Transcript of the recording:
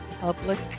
public